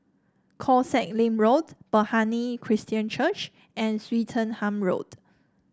Koh Sek Lim Road Bethany Christian Church and Swettenham Road